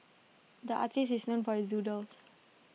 the artist is known for his doodles